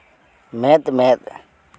ᱢᱮᱫ ᱢᱮᱫ